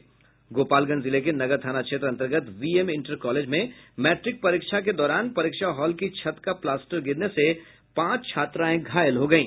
गोपालगंज जिले के नगर थाना क्षेत्र अंतर्गत वीएम इंटर कॉलेज में मैट्रिक परीक्षा के दौरान परीक्षा हॉल की छत का प्लास्टर गिरने से पांच छात्राएं घायल हो गयी